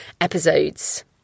episodes